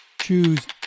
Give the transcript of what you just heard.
choose